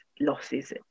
losses